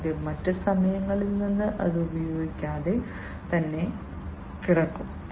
കൂടാതെ മറ്റ് സമയങ്ങളിൽ അത് ഉപയോഗിക്കാതെ തന്നെ കിടക്കും